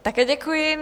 Také děkuji.